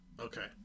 Okay